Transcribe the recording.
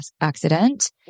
accident